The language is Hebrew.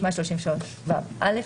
"סעיף 133ו(א)".